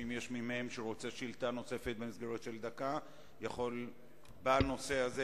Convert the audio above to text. שאם מי מהם רוצה להעלות שאלה נוספת במסגרת של דקה בנושא הזה,